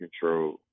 control